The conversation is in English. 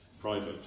private